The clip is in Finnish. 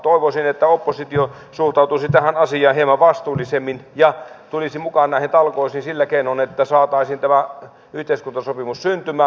toivoisin että oppositio suhtautuisi tähän asiaan hieman vastuullisemmin ja tulisi mukaan näihin talkoisiin sillä keinoin että saataisiin tämä yhteiskuntasopimus syntymään